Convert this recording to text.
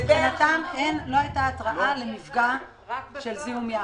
לא הייתה התרעה למפגע של זיהום ים.